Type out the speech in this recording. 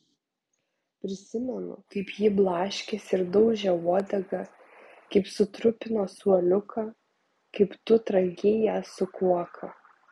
prisimenu kaip ji blaškėsi ir daužė uodegą kaip sutrupino suoliuką kaip tu trankei ją su kuoka